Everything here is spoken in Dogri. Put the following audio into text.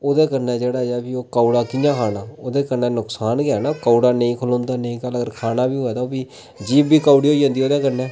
ते ओह्दे कन्नै फ्ही जेह्ड़ा ऐ ओह् कौड़ा होई जंदा कि'यां खाना ओह्दे कन्नै नुकसान गै ऐ ना कौड़ा नेईं खलोंदा ते खाना बी होऐ ते जीह्ब बी कौड़ी होई जंदी नुहाड़े कन्नै